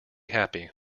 happy